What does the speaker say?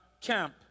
camp